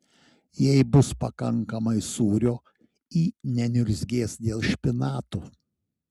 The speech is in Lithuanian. jeigu bus pakankamai sūrio ji neniurzgės dėl špinatų